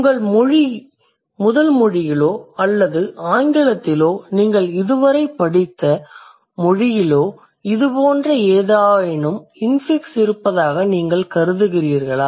உங்கள் முதல் மொழியிலோ அல்லது ஆங்கிலத்திலோ நீங்கள் இதுவரை படித்த மொழியிலோ இது போன்ற ஏதேனும் இன்ஃபிக்ஸ் இருப்பதாக நீங்கள் கருதுகிறீர்களா